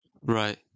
Right